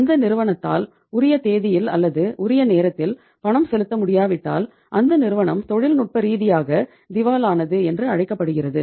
அந்த நிறுவனத்தால் உரிய தேதியில் அல்லது உரிய நேரத்தில் பணம் செலுத்த முடியாவிட்டால் அந்த நிறுவனம் தொழில்நுட்ப ரீதியாக திவாலானது என்று அழைக்கப்படுகிறது